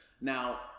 Now